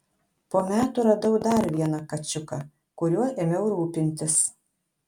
po metų radau dar vieną kačiuką kuriuo ėmiau rūpintis